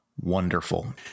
Wonderful